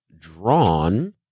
drawn